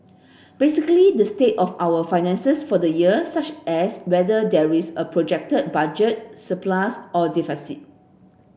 basically the state of our finances for the year such as whether there is a projected budget surplus or deficit